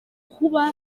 kuba